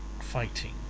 fighting